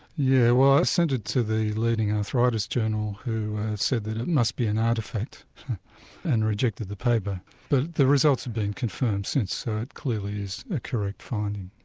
yeah well i sent it to the leading arthritis arthritis journal who said that it must be an artefact and rejected the paper but the results have been confirmed since so it clearly is a correct finding.